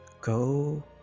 Go